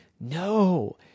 No